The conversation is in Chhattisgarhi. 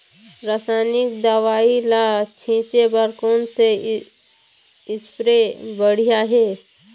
रासायनिक दवई ला छिचे बर कोन से स्प्रे बढ़िया हे?